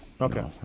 Okay